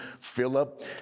Philip